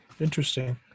Interesting